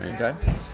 Okay